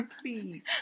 please